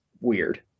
weird